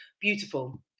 beautiful